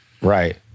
Right